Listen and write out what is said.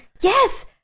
Yes